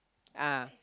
ah